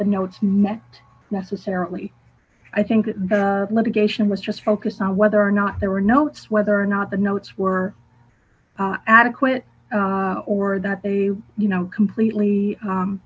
the notes next necessarily i think the litigation was just focus on whether or not there were no whether or not the notes were adequate or that they you know completely